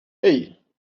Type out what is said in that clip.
hey